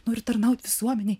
noriu tarnaut visuomenei